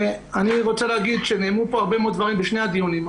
ואני רוצה להגיד שנאמרו פה הרבה דברים בשני הדיונים.